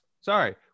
Sorry